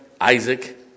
Isaac